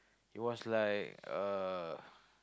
it was like uh